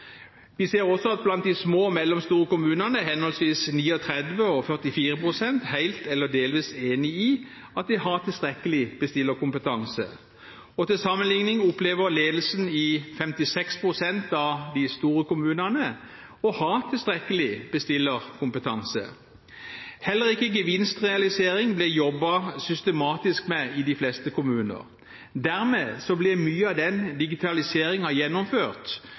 Vi ser også at blant de små og mellomstore kommunene er henholdsvis 39 og 44 pst. helt eller delvis enig i at de har tilstrekkelig bestillerkompetanse. Til sammenligning opplever ledelsen i 56 pst. av de store kommunene å ha tilstrekkelig bestillerkompetanse. Heller ikke gevinstrealisering blir det jobbet systematisk med i de fleste kommuner. Dermed blir mye av digitaliseringen gjennomført